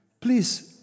please